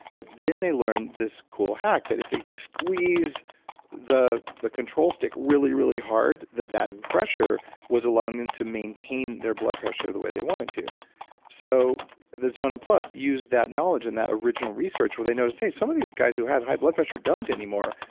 but then they learned this cool hack, that if they squeeze the the control stick really, really hard, that that and pressure was allowing them to maintain their blood pressure the way they wanted to so the zona plus used that knowledge in that original research where they noticed hey, some of these guys who had high blood pressure don't anymore,